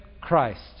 Christ